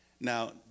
Now